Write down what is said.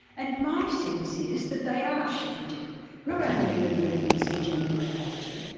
and my sense is that they are shifting not only the movements for gender equality,